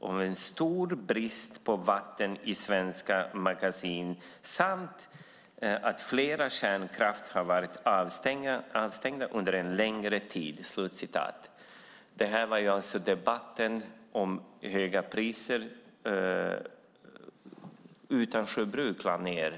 av en stor brist på vatten i svenska magasin samt att flera kärnkraftverk har varit avstängda under en längre tid." Detta sades i debatten om höga elpriser när Utansjö bruk lades ned.